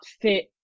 fit